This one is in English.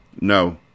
No